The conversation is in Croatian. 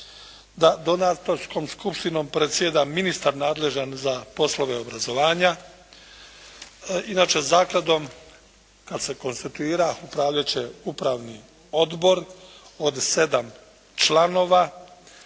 Da donatorskom skupštinom predsjeda ministar nadležan za poslove obrazovanja. Inače zakladom kad se konstituira upravljat će upravni odbor od 7 članova.